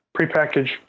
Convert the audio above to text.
prepackaged